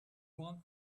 want